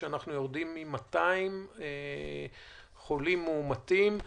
שבו אנחנו יורדים מ-200 חולים מאומתים,